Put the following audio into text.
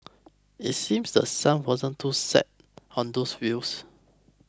it seems The Sun wasn't too set on those views